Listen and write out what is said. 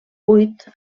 buit